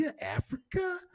africa